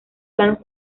planos